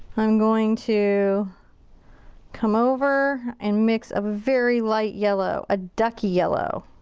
i'm going to come over, and mix a very light yellow. a duck yellow.